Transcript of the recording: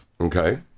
Okay